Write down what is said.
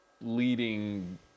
leading